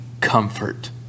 comfort